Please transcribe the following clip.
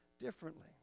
differently